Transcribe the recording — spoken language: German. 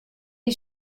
sie